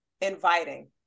inviting